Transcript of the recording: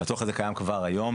הצורך הזה קיים כבר היום,